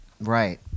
Right